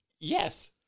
yes